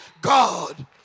God